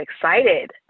excited